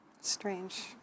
Strange